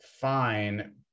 fine